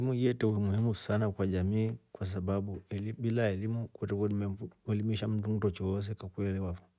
Elimu yetre umuhimu sana kwa jamii kwa sababu elim- bila elimu kwetre we ilima imfundi elimisha mndu choose kakuelewa fo.